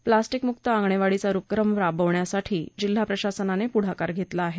प्लास्टिकमुक्त आंगणेवाडीचा उपक्रम राबवण्यासाठी जिल्हा प्रशासनाने पुढाकार धेतला आहे